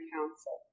Council